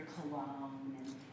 cologne